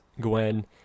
Gwen